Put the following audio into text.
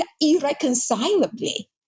irreconcilably